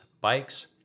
bikes